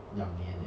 两年 leh